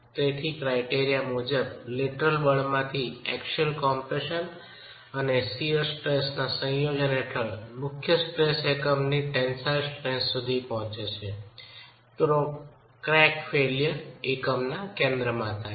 તેથી ક્રાયટેરિયા મુજબ લેટરલ બળમાંથી એક્સિયલ કમ્પ્રેશન અને શિઅર સ્ટ્રેસના સંયોજન હેઠળ મુખ્ય સ્ટ્રેસ એકમની ટેન્સાઇલ સ્ટ્રેન્થ સુધી પહોંચે છે તો ક્રેક ફેઇલ્યર એકમના કેન્દ્રમાં થાય છે